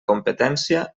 competència